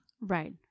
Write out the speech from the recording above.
right